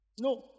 No